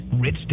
Rich